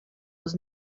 was